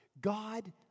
God